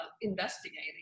investigating